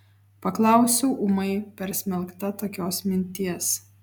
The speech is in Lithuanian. paklausiau ūmai persmelkta tokios minties